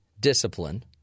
discipline